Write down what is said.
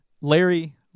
Larry